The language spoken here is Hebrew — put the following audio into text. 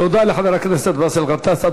תודה לחבר הכנסת באסל גטאס.